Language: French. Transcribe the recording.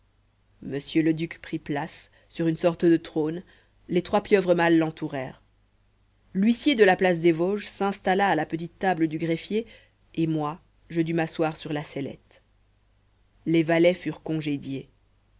le duc prit place sur une sorte de trône les trois pieuvres mâles l'entourèrent l'huissier de la place des vosges s'installa à la petite table du greffier et moi je dus m'asseoir sur la sellette les valets furent congédiés